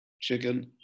chicken